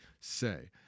say